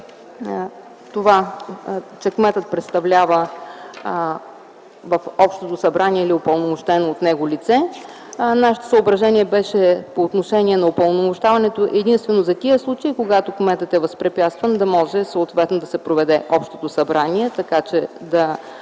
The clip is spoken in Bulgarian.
може да се представлява в общото събрание от упълномощено от него лице. Нашето съображение беше по отношение на упълномощаването единствено за тези случаи, когато кметът е възпрепятстван, да може съответно да се проведе общото събрание, така че това